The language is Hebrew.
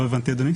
לא הבנתי, אדוני.